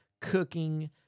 cooking